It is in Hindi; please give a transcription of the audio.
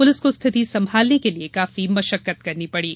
पुलिस को स्थिति सम्भालने के लिये काफी मशक्कत करनी पड़ी